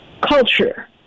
culture